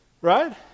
right